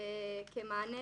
כמענה